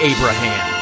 Abraham